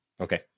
Okay